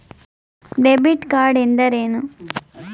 Debit card ಎಂದರೇನು?